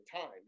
time